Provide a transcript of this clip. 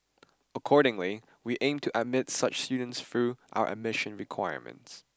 accordingly we aim to admit such students through our admission requirements